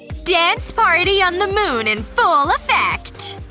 dance party on the moon in full effect!